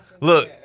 look